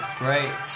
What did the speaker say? great